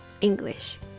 English